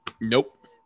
Nope